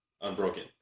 unbroken